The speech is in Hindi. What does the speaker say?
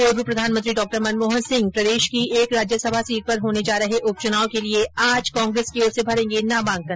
पूर्व प्रधानमंत्री डॉ मन मोहन सिंह प्रदेश की एक राज्यसभा सीट पर होने जा रहे उपच्नाव के लिये आज कांग्रेस की ओर से भरेंगे नामांकन